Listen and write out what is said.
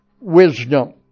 wisdom